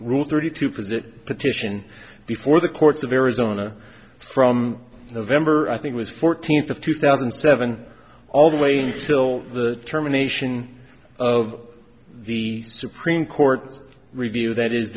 rule thirty two position petition before the courts of arizona from november i think was fourteenth of two thousand and seven all the way until the terminations of the supreme court review that is